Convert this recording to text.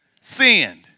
sinned